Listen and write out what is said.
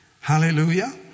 Hallelujah